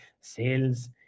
sales